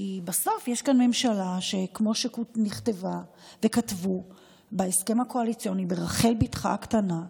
כי בסוף יש כאן ממשלה שכמו שכתבו בהסכם הקואליציוני ברחל בתך הקטנה,